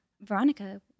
Veronica